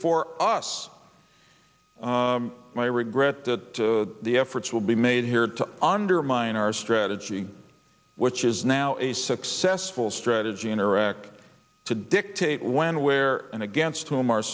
for us and i regret that the efforts will be made here to undermine our strategy which is now a successful strategy in iraq to dictate when where and against whom our